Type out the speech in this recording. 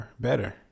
better